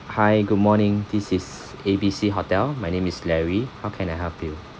hi good morning this is A B C hotel my name is larry how can I help you